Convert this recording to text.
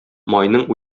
майның